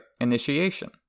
Initiation